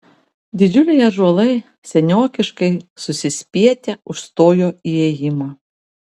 didžiuliai ąžuolai seniokiškai susispietę užstojo įėjimą